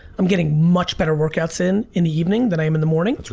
i'm getting much better workouts in, in the evening than i am in the morning.